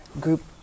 group